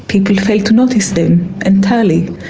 people fail to notice them entirely.